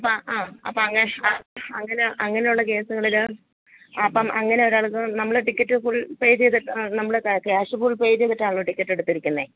അപ്പം ആ അപ്പം അങ്ങനെയുള്ള കേസുകളിൽ അപ്പം അങ്ങനെ ഒരാൾക്ക് നമ്മൾ ടിക്കറ്റ് ഫുൾ പേ നമ്മൾ ക്യാഷ് ഫുൾ പേ ചെയ്തിട്ടാണല്ലോ ടിക്കറ്റ് എടുത്തിരിക്കുന്നത്